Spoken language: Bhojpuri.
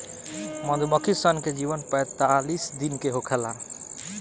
मधुमक्खी सन के जीवन पैतालीस दिन के होखेला